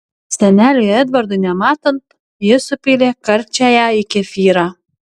seneliui edvardui nematant ji supylė karčiąją į kefyrą